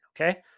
Okay